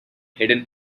hidden